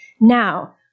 Now